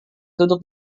duduk